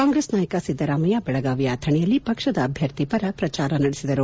ಕಾಂಗ್ರೆಸ್ ನಾಯಕ ಸಿದ್ದರಾಮಯ್ಯ ಬೆಳಗಾವಿಯ ಅಥಣಿಯಲ್ಲಿ ಪಕ್ಷದ ಅಭ್ಯರ್ಥಿ ಪರ ಪ್ರಚಾರ ನಡೆಸಿದರು